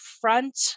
front